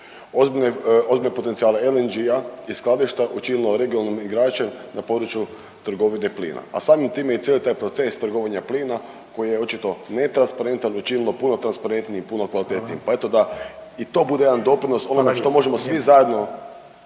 ozbiljne potencijale LNG-a i skladišta učinilo regionalnim igračem na području trgovine plina, a samim time i cijeli taj proces trgovanja plina koji je očito netransparentan učinilo puno transparentnijim i puno kvalitetnijim, pa eto da i to bude jedan doprinos ovome što možemo svi zajedno